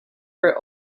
her